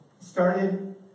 started